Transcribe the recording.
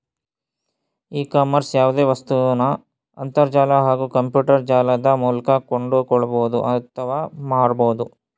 E ಕಾಮರ್ಸ್ಲಿ ಯಾವ್ದೆ ವಸ್ತುನ ಅಂತರ್ಜಾಲ ಹಾಗೂ ಕಂಪ್ಯೂಟರ್ಜಾಲದ ಮೂಲ್ಕ ಕೊಂಡ್ಕೊಳ್ಬೋದು ಅತ್ವ ಮಾರ್ಬೋದು